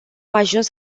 ajuns